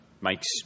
Makes